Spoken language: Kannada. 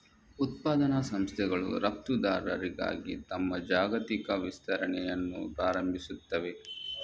ಉತ್ಪಾದನಾ ಸಂಸ್ಥೆಗಳು ರಫ್ತುದಾರರಾಗಿ ತಮ್ಮ ಜಾಗತಿಕ ವಿಸ್ತರಣೆಯನ್ನು ಪ್ರಾರಂಭಿಸುತ್ತವೆ